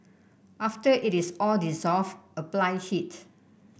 after it is all dissolved apply heat